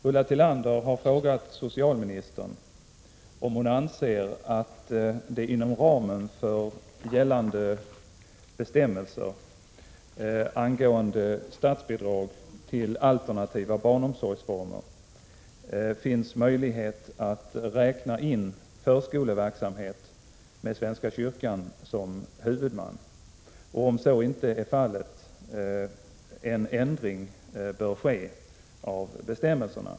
Ulla Tillander har frågat socialministern om hon anser att det inom ramen för gällande bestämmelser angående statsbidrag till alternativa barnomsorgsformer finns möjlighet att räkna in förskoleverksamhet med svenska kyrkan som huvudman och, om så inte är fallet, en ändring bör ske av bestämmelserna.